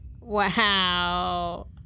Wow